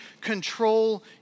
control